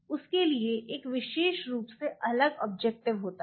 उसके लिए एक विशेष रूप से अलग ऑब्जेक्टिव होता है